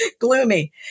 Gloomy